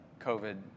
COVID